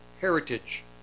heritage